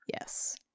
Yes